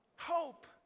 hope